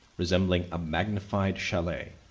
resembling a magnified chalet,